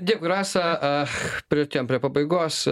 dėkui rasa priartėjom prie pabaigos